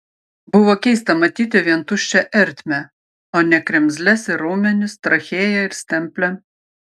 buvo keista matyti vien tuščią ertmę o ne kremzles ir raumenis trachėją ir stemplę